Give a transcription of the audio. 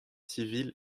civile